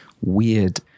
weird